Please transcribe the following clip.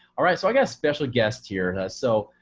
all right. so i got special guest here. so,